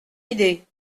idée